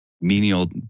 menial